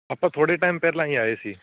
ਆਪਾਂ ਥੋੜ੍ਹੇ ਟਾਈਮ ਪਹਿਲਾਂ ਹੀ ਆਏ ਸੀ